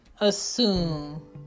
assume